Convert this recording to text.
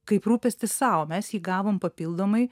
kaip rūpestį sau mes jį gavom papildomai